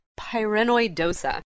pyrenoidosa